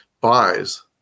buys